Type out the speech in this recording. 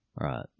right